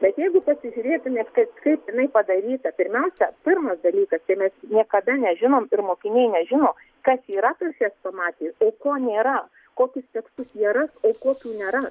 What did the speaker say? bet jeigu pasižiūrėtumėt kaip kaip jinai padaryta pirmiausia pirmas dalykas tai mes niekada nežinom ir mokiniai nežino kas yra tose chrestomatijose ir ko nėra kokius tekstus jie ras o kokių nėra